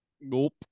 Nope